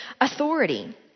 authority